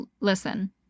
listen